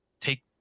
take